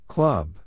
Club